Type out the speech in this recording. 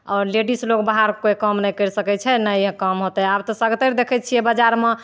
आओर लेडिज लोक बाहर कोइ काम नहि करि सकै छै नहि ई काम होतै आब तऽ सबतरि देखै छिए बजारमे